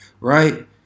right